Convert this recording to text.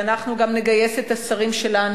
ואנחנו גם נגייס את השרים שלנו,